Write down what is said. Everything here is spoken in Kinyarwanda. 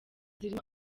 zirimo